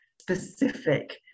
specific